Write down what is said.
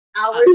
hours